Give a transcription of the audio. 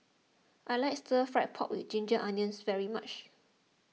I like Stir Fry Pork with Ginger Onions very much